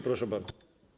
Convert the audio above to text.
Proszę bardzo.